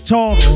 Talk